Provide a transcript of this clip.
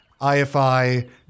IFI